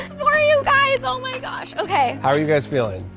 for you guys oh my gosh! okay. how are you guys feeling?